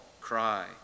cry